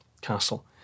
castle